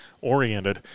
oriented